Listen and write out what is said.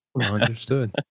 Understood